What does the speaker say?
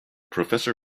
professor